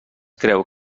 creu